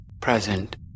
present